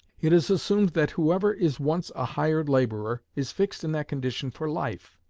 it is assumed that whoever is once a hired laborer is fixed in that condition for life.